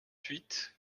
huit